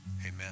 Amen